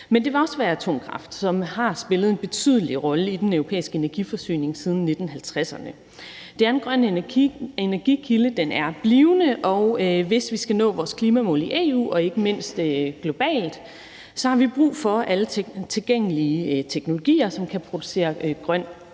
Men det vil også være atomkraft, som har spillet en betydelig rolle i den europæiske energiforsyning siden 1950'erne. Det er en grøn energikilde, og den er blivende, og hvis vi skal nå vores klimamål i EU og ikke mindst globalt, har vi brug for alle tilgængelige teknologier, som kan producere grøn energi.